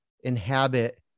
inhabit